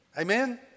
Amen